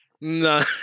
no